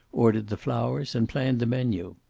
ordered the flowers, and planned the menu.